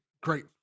great